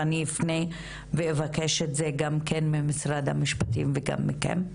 ואני אפנה ואבקש את זה גם כן ממשרד המשפטים וגם מכם.